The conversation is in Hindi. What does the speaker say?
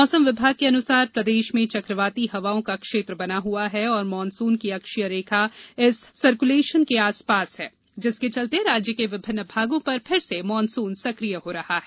मौसम विभाग के अनुसार प्रदेश में चक्रवाती हवाओं का क्षेत्र बना हुआ है और मॉनसुन की अक्षीय रेखा इस सर्क्लेशन के आसपास है जिसके चलते राज्य के विभिन्न भागों पर फिर से मॉनसून सक्रिय हो रहा है